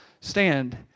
stand